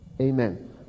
Amen